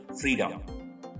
freedom